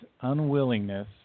unwillingness